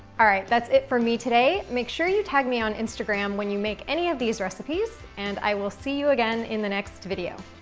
all right, that's it for me today. make sure you tag me on instagram when you make any of these recipes. and i will see you again in the next video.